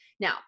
Now